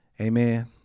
Amen